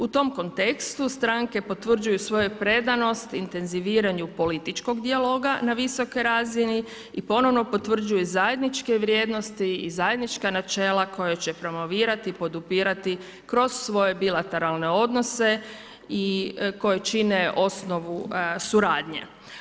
U tom kontekstu stranke potvrđuju svoje predanost intenziviranju političkog dijalog na visokoj razini i ponovno potvrđuje zajedničke vrijednosti i zajednička načela koja će promovirati, podupirati kroz svoje bilateralne odnose koji čine osnovu suradnje.